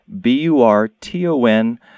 B-U-R-T-O-N